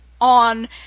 on